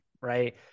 right